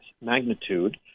magnitude